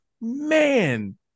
man